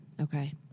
Okay